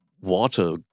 water